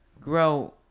grow